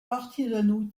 artisanaux